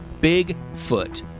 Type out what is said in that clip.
Bigfoot